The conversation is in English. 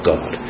God